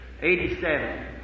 87